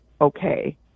okay